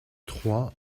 trois